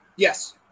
Yes